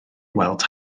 weld